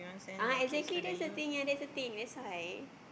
ah exactly that the thing that the thing that why